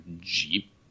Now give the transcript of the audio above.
Jeep